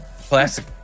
classic